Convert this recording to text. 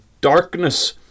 darkness